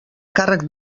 càrrec